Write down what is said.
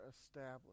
established